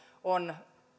on